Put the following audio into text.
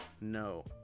no